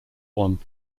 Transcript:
one